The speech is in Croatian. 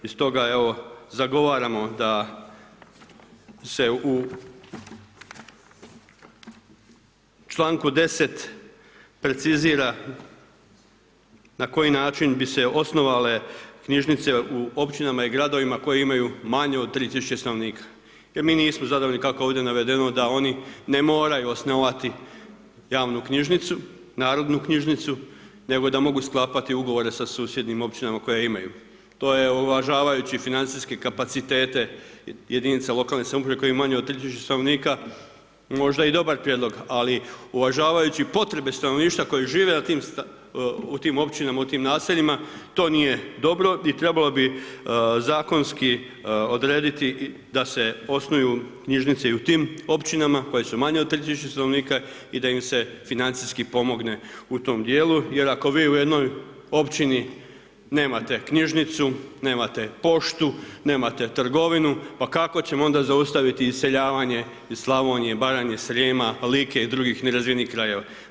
I stoga, evo, zagovaramo da se u čl. 10 precizira na koji način bi se osnovale knjižnice u općinama i gradovima koji imaju manje od 3000 stanovnika jer mi nismo zadovoljni kako je ovdje navedeno da oni ne moraju osnovati javnu knjižnicu, narodnu knjižnicu nego da mogu sklapati ugovore sa susjednim općinama koje imaju, to je uvažavajući financijske kapacitete jedinica lokalne samouprave koji imaju manje od 3000 stanovnika možda i dobar prijedlog, ali uvažavajući potrebe stanovništva koji žive u tim općinama, u tim naseljima, to nije dobro i trebalo bi zakonski odrediti da se osnuju knjižnice i u tim općinama koje su manje od 3000 stanovnika i da im se financijski pomogle u tom dijelu jer ako vi u jednoj općini nemate knjižnicu, nemate poštu, nemate trgovinu, pa kako ćemo onda zaustaviti iseljavanje iz Slavonije, Baranje, Srijema, Like i drugih nerazvijenih krajeva.